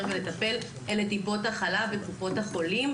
ולטפל אלה טיפות החלב וקופות החולים,